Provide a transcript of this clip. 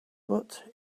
but